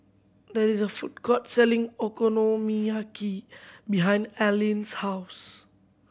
there is a food court selling Okonomiyaki behind Aleen's house